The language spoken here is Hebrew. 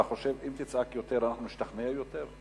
אתה חושב שאם תצעק יותר אנחנו נשתכנע יותר?